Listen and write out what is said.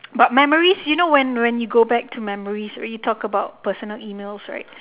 but memories you know when when you go back to memories when you talk about personal emails right